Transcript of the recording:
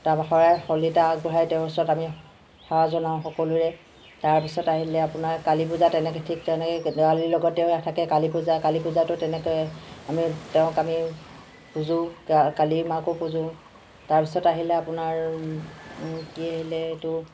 তাৰপৰা শৰাই শলিতা আগবঢ়াই তেওঁৰ ওচৰত আমি সেৱা জনাওঁ সকলোৰে তাৰপিছত আহিলে আপোনাৰ কালি পূজা তেনেকৈ ঠিক তেনেকৈ দেৱালীৰ লগত তেওঁ থাকে কালি পূজা কালি পূজাটো তেনেকৈ আমি তেওঁক আমি পূজোঁ ক কালিমাকো পূজোঁ তাৰপিছত আহিলে আপোনাৰ কি আহিলে এইটো